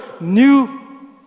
New